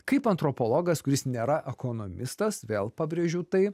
kaip antropologas kuris nėra ekonomistas vėl pabrėžiu tai